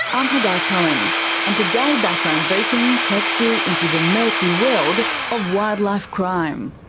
i'm hagar cohen and today background briefing takes you into the murky world of wildlife crime.